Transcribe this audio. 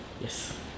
Yes